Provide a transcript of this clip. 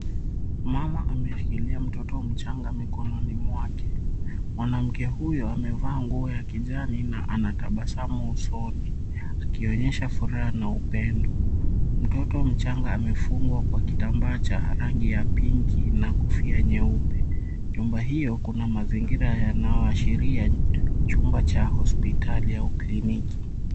Mama ameshikilia mtoto mchanga mikononi mwake. Mwanamke huyo amevaa nguo ya kijani na anatabasamu usoni akionyesha furaha na upendo. Mtoto mchanga amefungwa kwa kitambaa cha rangi ya pinki na kofia nyeupe. Nyuma hiyo kuna mazingira yanayoashiria chumba cha hospitali au kliniki.